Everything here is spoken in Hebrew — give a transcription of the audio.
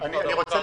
אני רוצה